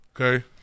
okay